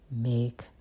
make